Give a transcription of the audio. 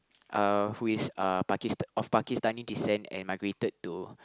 uh who is uh Pakis~ of Pakistani descent and migrated to